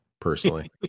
personally